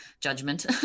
judgment